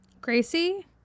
Gracie